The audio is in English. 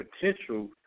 potential